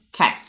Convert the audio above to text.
Okay